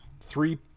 three